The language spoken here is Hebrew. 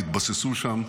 התבססו שם.